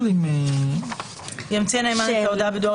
נאמר שימציא הנאמן את ההודעה בדואר